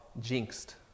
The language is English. jinxed